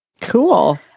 Cool